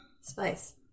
Spice